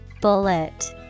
Bullet